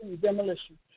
demolition